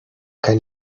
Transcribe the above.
can